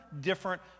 different